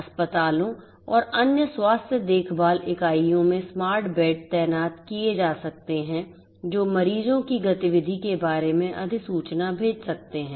अस्पतालों और अन्य स्वास्थ्य देखभाल इकाइयों में स्मार्ट बेड तैनात किए जा सकते हैं जो मरीजों की गतिविधि के बारे में अधिसूचना भेज सकते हैं